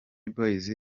boy